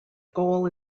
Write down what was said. goal